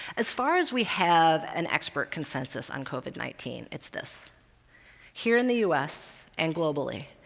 as far as we have an expert consensus on covid nineteen, it's this here in the us and globally,